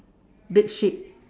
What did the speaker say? big sheep